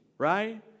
Right